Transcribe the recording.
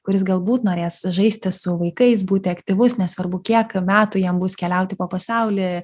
kuris galbūt norės žaisti su vaikais būti aktyvus nesvarbu kiek metų jam bus keliauti po pasaulį